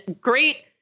great